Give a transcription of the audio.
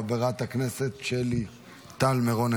חברת הכנסת שלי טל מירון,